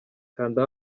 kanda